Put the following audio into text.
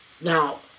Now